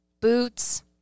boots